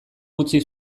utzi